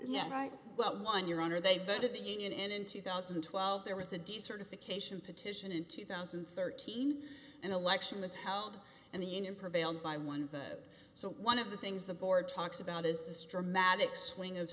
yeah right but one your honor they voted the union in in two thousand and twelve there was a decertification petition in two thousand and thirteen an election was held and the union prevailed by one vote so one of the things the board talks about is the straw matic sling of